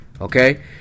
okay